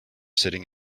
sitting